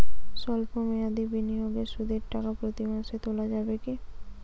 সল্প মেয়াদি বিনিয়োগে সুদের টাকা প্রতি মাসে তোলা যাবে কি?